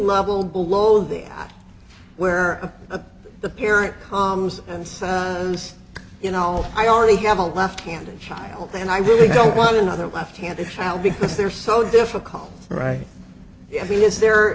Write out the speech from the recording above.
level below there where the parent calms and you know i already have a left handed child and i really don't want another left handed child because they're so difficult right i mean is there